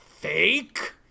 Fake